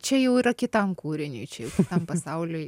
čia jau yra kitam kūriniui čia jau kitam pasauliui